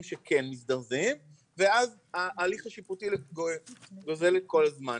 שכן מזדרזים ואז ההליך השיפוטי גוזל את כל הזמן.